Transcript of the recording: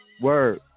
word